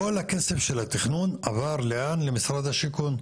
כל הכסף של התכנון עבר למשרד השיכון.